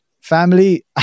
family